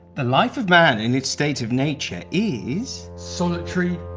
the life of man in its state of nature is. solitary,